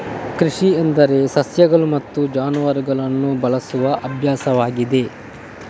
ಕೃಷಿ ಎಂದರೆ ಸಸ್ಯಗಳು ಮತ್ತು ಜಾನುವಾರುಗಳನ್ನು ಬೆಳೆಸುವ ಅಭ್ಯಾಸವಾಗಿದೆ